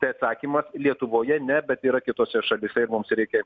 tai atsakymas lietuvoje ne bet yra kitose šalyse ir mums reikia